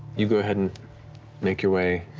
you go ahead and make your way